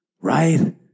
Right